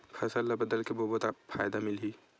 फसल ल बदल के बोबो त फ़ायदा मिलही?